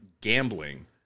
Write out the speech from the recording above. gambling